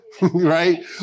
Right